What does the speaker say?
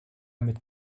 mit